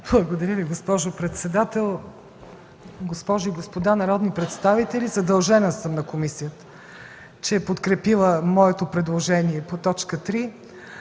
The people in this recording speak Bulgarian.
Благодаря Ви, госпожо председател. Госпожи и господа народни представители, задължена съм на комисията, че е подкрепила моето предложение по т. 3.